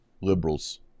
liberals